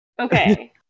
Okay